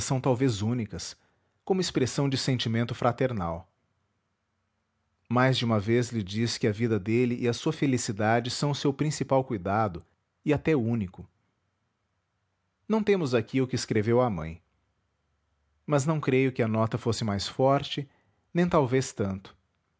talvez únicas como expressão de sentimento fraternal mais de uma vez lhe diz que a vida dele e a sua felicidade são o seu principal cuidado e até único não temos aqui o que escreveu à mãe mas não creio que a nota fosse mais forte nem talvez tanto